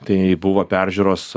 tai buvo peržiūros